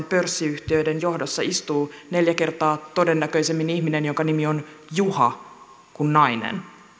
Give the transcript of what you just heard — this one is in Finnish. pörssiyhtiön johdossa istuu neljä kertaa todennäköisemmin ihminen jonka nimi on juha kuin nainen